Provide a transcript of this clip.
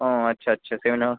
ও আচ্ছা আচ্ছা সেমিনা